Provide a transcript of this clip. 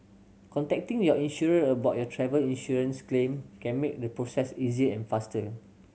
contacting your insurer about your travel insurance claim can make the process easier and faster